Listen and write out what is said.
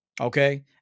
Okay